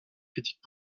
critiques